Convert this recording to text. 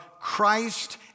Christ